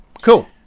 Cool